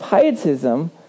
Pietism